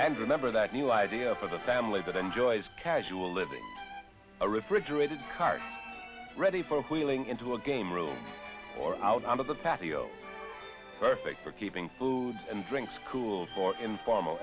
and remember that new idea for the family that enjoys casual live in a refrigerated cart ready for wheeling into a game room or out on the patio perfect for keeping food and drinks cool or informal